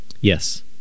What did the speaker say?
Yes